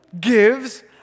gives